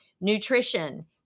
Nutrition